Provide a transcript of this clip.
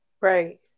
Right